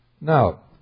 Now